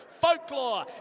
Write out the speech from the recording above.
Folklore